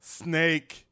snake